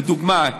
לדוגמה,